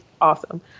awesome